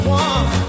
one